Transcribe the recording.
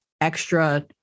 extra